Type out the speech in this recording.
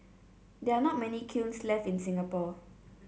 there are not many kilns left in Singapore